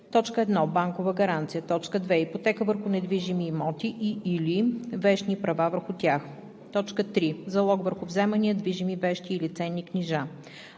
1. банкова гаранция; 2. ипотека върху недвижими имоти и/или вещни права върху тях; 3. залог върху вземания, движими вещи или ценни книжа.